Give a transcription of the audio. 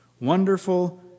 Wonderful